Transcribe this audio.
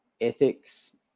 ethics